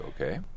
Okay